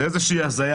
זה הזיה.